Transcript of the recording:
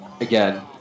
Again